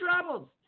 troubles